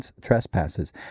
trespasses